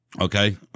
Okay